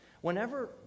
Whenever